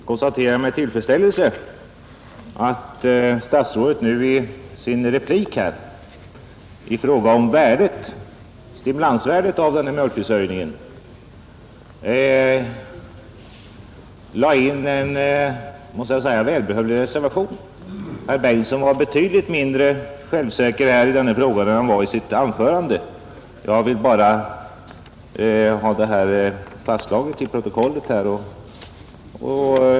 Herr talman! Jag konstaterar med tillfredsställelse att statsrådet i sin replik när det gällde stimulansvärdet för mjölkförsörjningen lade in en välbehövlig reservation. Herr Bengtsson var betydligt mindre självsäker i denna fråga nu än i sitt förra anförande. Jag vill bara ha detta fastslaget till protokollet.